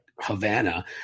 Havana